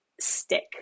stick